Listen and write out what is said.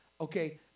Okay